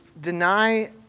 deny